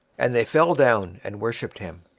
and they fell down and worshipped him.